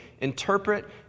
interpret